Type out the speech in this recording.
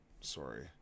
sorry